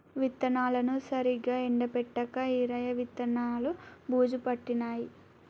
విత్తనాలను సరిగా ఎండపెట్టక ఈరయ్య విత్తనాలు బూజు పట్టినాయి